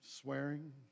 Swearing